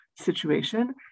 situation